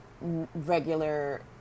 regular